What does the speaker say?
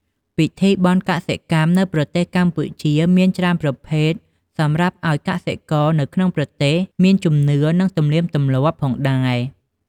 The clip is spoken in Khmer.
ពិធីបុណ្យកសិកម្មនៅប្រទេសកម្ពុជាមានច្រើនប្រភេទសម្រាប់អោយកសិករនៅក្នុងប្រទេសមានជំនឿនិងទំលៀមទម្លាប់ផងដែរ។